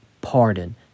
pardon